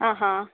ಆಂ ಹಾಂ